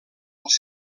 els